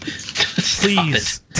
please